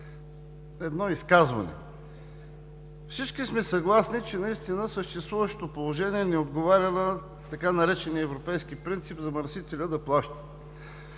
едно изказване. Всички сме съгласни, че съществуващото положение не отговаря на така наречения „европейски принцип“ замърсителят да плаща